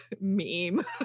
meme